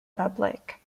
public